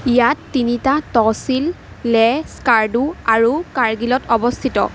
ইয়াত তিনিটা তহচিল লেহ স্কাৰ্ডু আৰু কাৰ্গিলত অৱস্থিত